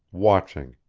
watching,